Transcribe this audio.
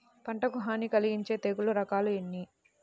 పంటకు హాని కలిగించే తెగుళ్ళ రకాలు ఎన్ని?